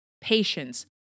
patience